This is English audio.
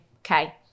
okay